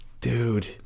dude